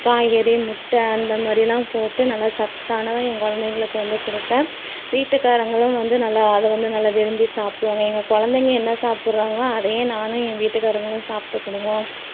காய்கறி முட்டை அந்த மாதிரிலாம் போட்டு நல்லா சத்தானதாக என் கொழந்தைங்களுக்கு வந்து கொடுப்பேன் வீட்டுக்காரங்களும் வந்து நல்லா அதை வந்து நல்லா விரும்பி சாப்பிடுவாங்க எங்கள் கொழந்தைங்க என்ன சாப்பிட்றாங்களோ அதையே நானும் எங்கள் வீட்டுக்காரங்களும் சாப்பிட்டுகிடுவோம்